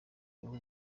uruhu